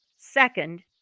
Second